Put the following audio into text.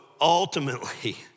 ultimately